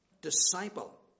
Disciple